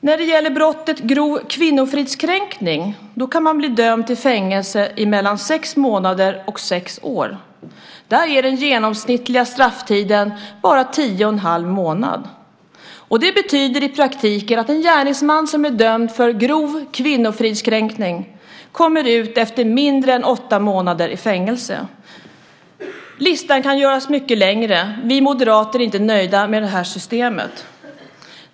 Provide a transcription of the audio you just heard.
För brottet grov kvinnofridskränkning kan man bli dömd till fängelse i mellan sex månader och sex år. Där är den genomsnittliga strafftiden bara tio och en halv månad. Det betyder i praktiken att en gärningsman som är dömd för grov kvinnofridskränkning kommer ut efter mindre än åtta månader i fängelse. Listan kan göras mycket längre. Vi moderater är inte nöjda med det här systemet.